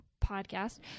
podcast